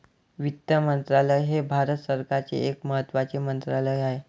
वित्त मंत्रालय हे भारत सरकारचे एक महत्त्वाचे मंत्रालय आहे